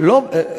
א.